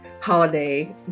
holiday